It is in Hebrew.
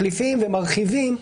מחליפים ומרחיבים.